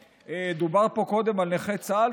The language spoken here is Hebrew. דובר פה קודם על נכי צה"ל,